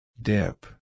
Dip